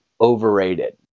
overrated